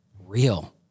real